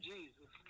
Jesus